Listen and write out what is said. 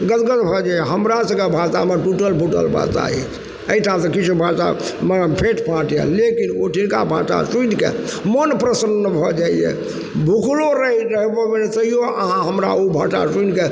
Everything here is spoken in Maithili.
गदगद भऽ जाइए हमरा सबके भाषा हमर टूटल फूटल भाषा अछि अइठामसँ किछु भाषामे फेँट फाँट यऽ लेकिन ओइ ठिनका भाषा सुनिके मोन प्रसन्न भऽ जाइए तैयो अहाँ हमरा ओ भाषा सुनिके